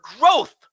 growth